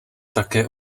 také